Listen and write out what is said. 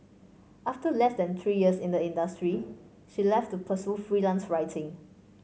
after less than three years in the industry she left to pursue freelance writing